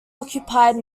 occupied